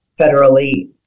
federally